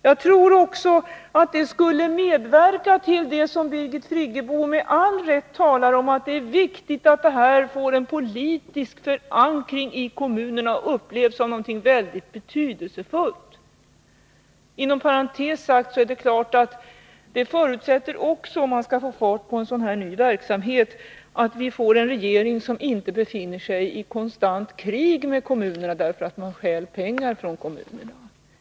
Jag tror också att sådana åtgärder skulle medverka till det som Birgit Friggebo med all rätt hävdar, nämligen att det är viktigt att åstadkomma en politisk förankring i kommunerna, så att det här arbetet upplevs som betydelsefullt. Inom parentes är det en förutsättning för att få fart på en sådan här ny verksamhet att vi får en regering som inte befinner sig i konstant krig med kommunerna, därför att den stjäl pengar från dem.